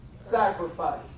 sacrifice